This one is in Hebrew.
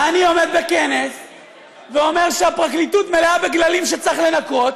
אני עומד בכנס ואומר שהפרקליטות מלאה בגללים שצריך לנקות.